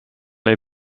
les